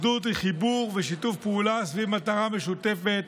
אחדות היא חיבור ושיתוף פעולה סביב מטרה משותפת,